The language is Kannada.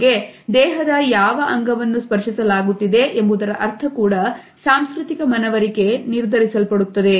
ಜೊತೆಗೆ ದೇಹದ ಯಾವ ಅಂಗವನ್ನು ಸ್ಪರ್ಶಿಸಲಾಗುತ್ತಿದೆ ಎಂಬುದರ ಅರ್ಥ ಕೂಡ ಸಾಂಸ್ಕೃತಿಕ ಮನವರಿಕೆ ನಿರ್ಧರಿಸಲ್ಪಡುತ್ತದೆ